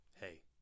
hey